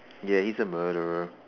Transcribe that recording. ya he is a murderer